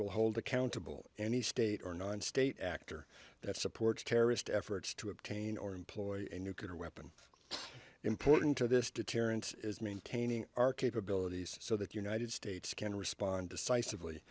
will hold accountable any state or non state actor that supports terrorist efforts to obtain or employ a nuclear weapon important to this to terrence is maintaining our capabilities so that united states can respond decisively